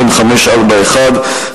מ/541,